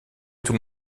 tout